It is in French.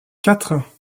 quatre